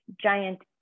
giant